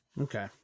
okay